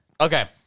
Okay